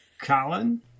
Colin